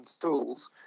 tools